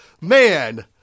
Man